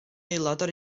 aelodau